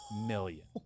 million